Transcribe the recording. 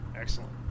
Excellent